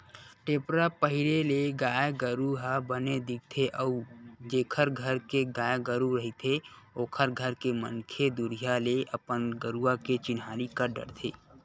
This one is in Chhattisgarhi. टेपरा पहिरे ले गाय गरु ह बने दिखथे अउ जेखर घर के गाय गरु रहिथे ओखर घर के मनखे दुरिहा ले अपन गरुवा के चिन्हारी कर डरथे